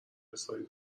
اصراری